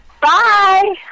Bye